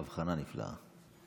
הבחנה נפלאה.